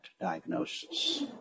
diagnosis